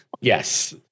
yes